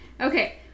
Okay